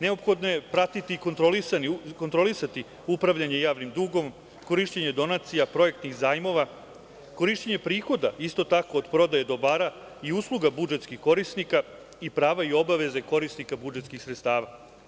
Neophodno je pratiti i kontrolisati upravljanje javnim dugom, korišćenje donacija, projektnih zajmova, korišćenje prihoda isto tako, od prodaje dobara i usluga budžetskih korisnika i prava i obaveze korisnika budžetskih sredstava.